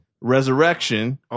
Resurrection